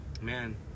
man